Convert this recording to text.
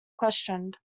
questioned